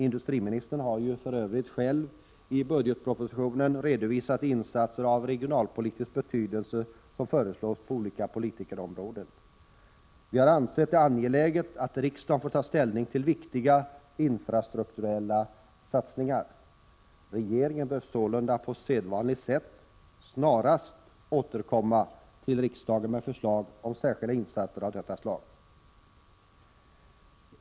Industriministern har för övrigt själv i budgetpropositionen redovisat de insatser av regionalpolitisk betydelse som föreslås på olika politiska områden. Utskottet har ansett att det är angeläget att riksdagen får ta ställning till viktiga infrastrukturella satsningar. Regeringen bör sålunda på sedvanligt sätt snarast återkomma till riksdagen med förslag om särskilda insatser av detta slag.